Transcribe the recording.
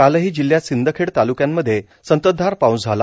कालही जिल्ह्यात सिंदखेड तालक्यांमध्ये संततधार पाऊस झाला